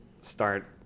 start